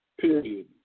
Period